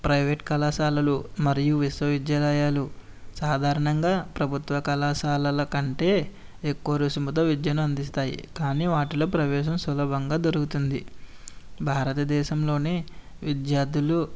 private కళాశాలలు మరియు విశ్వవిద్యాలయాలు సాధారణంగా ప్రభుత్వ కళాశాలల కంటే ఎక్కువ రుసుముతో విద్యను అందిస్తాయి కానీ వాటిలో ప్రవేశం సులభంగా దొరుకుతుంది భారతదేశంలో విద్యార్థులు